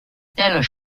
tels